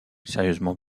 sérieusement